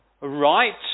right